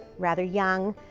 rather young.